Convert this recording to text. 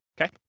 Okay